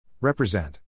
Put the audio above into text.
Represent